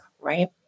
right